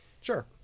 Sure